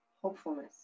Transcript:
hopefulness